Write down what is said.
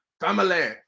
Family